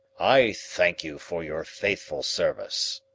i thank you for your faithful service.